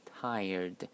Tired